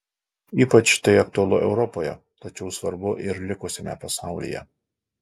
ypač tai aktualu europoje tačiau svarbu ir likusiame pasaulyje